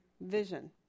vision